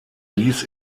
ließ